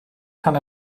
kann